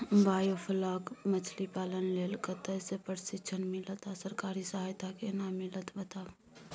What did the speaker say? Biofloc मछलीपालन लेल कतय स प्रशिक्षण मिलत आ सरकारी सहायता केना मिलत बताबू?